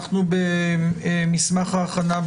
אנחנו במסמך ההכנה,